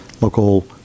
local